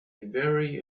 very